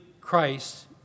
Christ